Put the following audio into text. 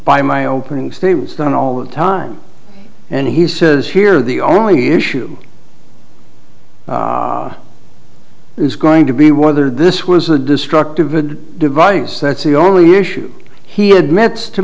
by my opening statements going all the time and he says here the only issue is going to be wonder this was a destructive good device that's the only issue he admits to